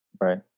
Right